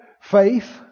faith